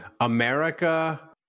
America